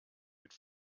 mit